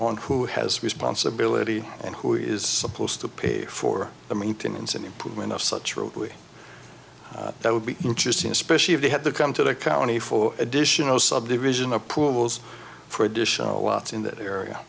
on who has responsibility and who is supposed to pay for the maintenance and improvement of such roadway that would be interesting especially if they had to come to the county for additional subdivision approvals for additional watts in that area